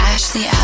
Ashley